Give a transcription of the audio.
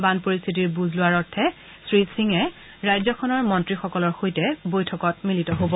বান পৰিস্থিতিৰ বুজ লোৱাৰ অৰ্থে শ্ৰীসিঙে ৰাজ্যখনৰ মন্ত্ৰীসকলৰ সৈতে বৈঠকত মিলিত হ'ব